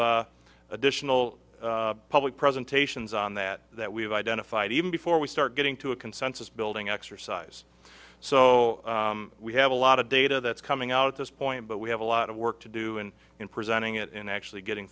of additional public presentations on that that we've identified even before we start getting to a consensus building exercise so we have a lot of data that's coming out at this point but we have a lot of work to do and in presenting it in actually getting